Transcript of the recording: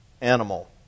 animal